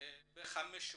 בחמש שכונות,